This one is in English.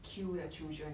kill the children